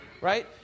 Right